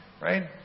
right